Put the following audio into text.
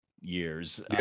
years